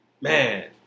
Man